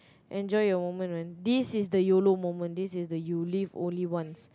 enjoy your moment man this is the Y_O_L_O moment this is the you live only once